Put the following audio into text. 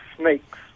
snakes